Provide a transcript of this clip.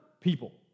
people